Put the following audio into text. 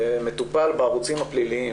מטופל בערוצים הפליליים,